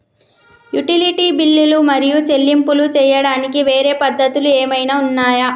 Utility బిల్లులు మరియు చెల్లింపులు చేయడానికి వేరే పద్ధతులు ఏమైనా ఉన్నాయా?